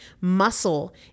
Muscle